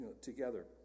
together